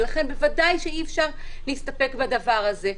ולכן בוודאי שאי-אפשר להסתפק בדבר הזה.